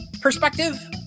perspective